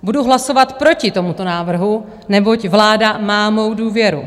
Budu hlasovat proti tomuto návrhu, neboť vláda má mou důvěru.